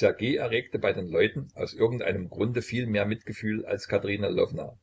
erregte bei den leuten aus irgendeinem grunde viel mehr mitgefühl als katerina lwowna